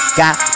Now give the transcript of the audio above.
got